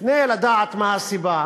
לפני שנדע מה הסיבה